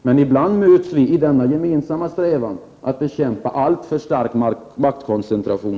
Men ibland möts vi alltså i den gemensamma strävan att bekämpa alltför stark maktkoncentration.